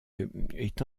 est